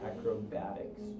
acrobatics